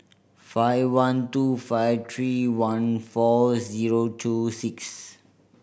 five one two five three one four zero two six